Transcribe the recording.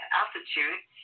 altitude